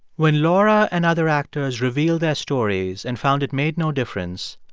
when laura and other actors revealed their stories and found it made no difference,